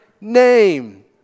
name